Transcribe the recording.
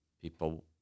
People